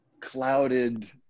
clouded